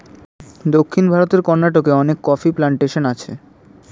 দক্ষিণ ভারতের কর্ণাটকে অনেক কফি প্ল্যান্টেশন আছে